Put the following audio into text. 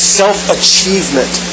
self-achievement